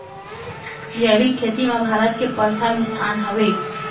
जैविक खेती मा भारत के परथम स्थान हवे